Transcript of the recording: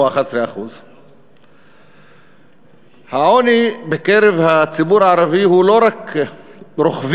הוא 11%. העוני בקרב הציבור הערבי הוא לא רק רוחבית